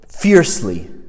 Fiercely